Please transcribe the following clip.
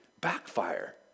backfire